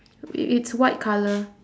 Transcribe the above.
it it's white colour